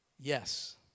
Yes